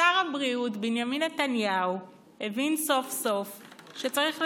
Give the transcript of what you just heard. שר הבריאות בנימין נתניהו הבין סוף-סוף שצריך לתקצב.